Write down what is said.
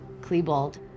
Klebold